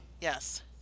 Yes